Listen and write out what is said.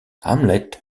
hamlet